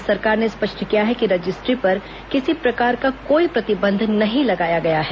राज्य सरकार ने स्पष्ट किया है कि रजिस्ट्री पर किसी प्रकार का कोई प्रतिबंध नहीं लगाया गया है